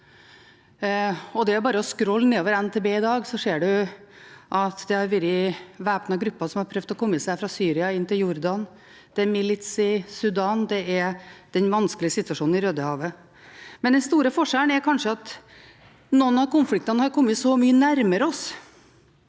skrolle nedover NTB i dag, så ser man at det har vært væpnede grupper som har prøvd å komme seg fra Syria og inn til Jordan, det er en milits i Sudan, og det er den vanskelige situasjonen i Rødehavet. Den store forskjellen er kanskje at noen av konfliktene har kommet så mye nærmere oss,